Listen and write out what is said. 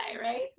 right